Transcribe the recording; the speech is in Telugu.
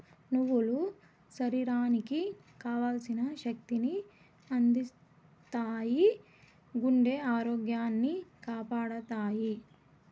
నువ్వులు శరీరానికి కావల్సిన శక్తి ని అందిత్తాయి, గుండె ఆరోగ్యాన్ని కాపాడతాయి